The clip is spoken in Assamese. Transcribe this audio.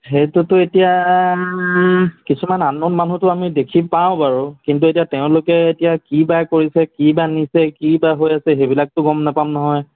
সেইটোতো এতিয়া কিছুমান আননওন মানুহটো আমি দেখি পাওঁ বাৰু কিন্তু এতিয়া তেওঁলোকে এতিয়া কি বা কৰিছে কি বা নিছে কি বা হৈ আছে সেইবিলাকটো গম নাপাম নহয়